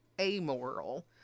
amoral